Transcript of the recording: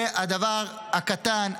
זה הדבר הקטן,